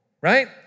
right